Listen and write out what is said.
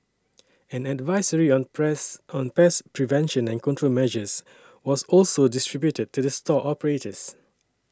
an advisory on press on pest prevention and control measures was also distributed to the store operators